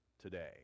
today